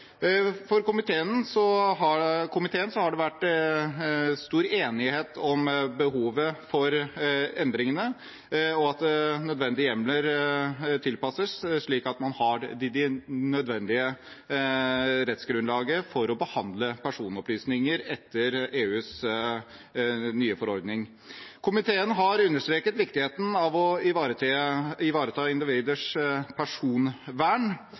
For komiteen har det vært stor enighet om behovet for endringene og at nødvendige hjemler tilpasses, slik at man har det nødvendige rettsgrunnlaget for å behandle personopplysninger etter EUs nye forordning. Komiteen har understreket viktigheten av å ivareta individers personvern.